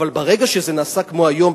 אבל ברגע שזה נעשה כמו היום,